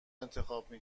انتخاب